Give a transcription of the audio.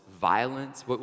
violence